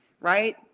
right